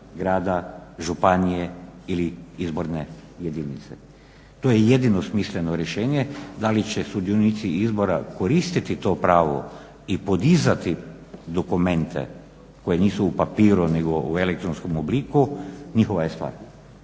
grada, županije ili izborne jedinice. To je jedino smisleno rješenje da li će sudionici izbora koristiti to pravo i podizati dokumente koje nisu u papiru nego u elektronskom obliku, njihova je stvar.